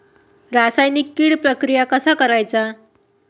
रासायनिक कीड प्रक्रिया कसा करायचा?